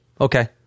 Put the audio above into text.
okay